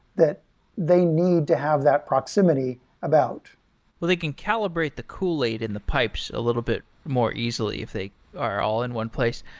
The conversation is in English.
that they need to have that proximity about they can calibrate the kool-aid in the pipes a little bit more easily if they are all in one place.